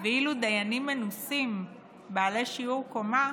ואילו דיינים מנוסים בעלי שיעור קומה